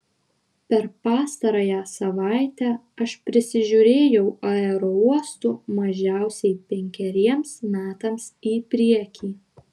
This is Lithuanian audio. per pastarąją savaitę aš prisižiūrėjau aerouostų mažiausiai penkeriems metams į priekį